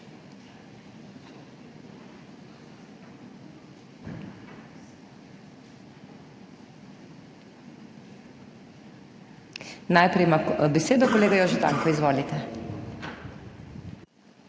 Najprej ima besedo kolega Jože Tanko. Izvolite.